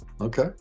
okay